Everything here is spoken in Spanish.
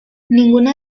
ninguna